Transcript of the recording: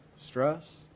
stress